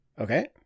Okay